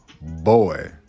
boy